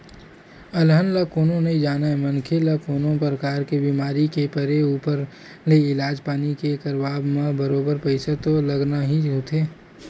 अलहन ल कोनो नइ जानय मनखे ल कोनो परकार ले बीमार के परे ऊपर ले इलाज पानी के करवाब म बरोबर पइसा तो लगना ही होथे